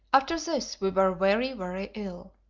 after this we were very, very ill.